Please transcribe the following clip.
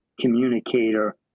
communicator